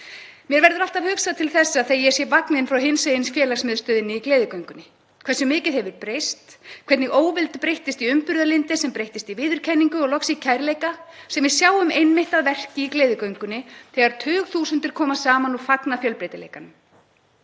Mér verður alltaf hugsað til þessa þegar ég sé vagninn frá Hinsegin félagsmiðstöðinni í gleðigöngunni, hversu mikið hefur breyst, hvernig óvild breyttist í umburðarlyndi sem breyttist í viðurkenningu og loks í kærleika, sem við sjáum einmitt að verki í gleðigöngunni þegar tugþúsundir koma saman og fagna fjölbreytileikanum.